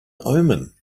omen